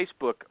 Facebook